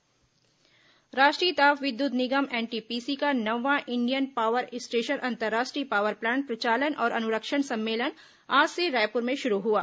NTPC conference राष्ट्रीय ताप विद्युत निगम एनटीपीसी का नौवां इंडियन पॉवर स्टेशन अंतरराष्ट्रीय पावर प्लांट प्रचालन और अनुरक्षण सम्मेलन आज से रायपुर में शुरू हुआ